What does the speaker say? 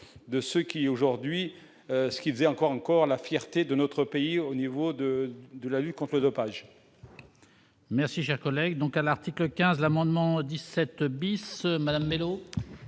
de ce qui est aujourd'hui ce qu'qui faisait encore encore la fierté de notre pays au niveau de, de la lutte conte le dopage.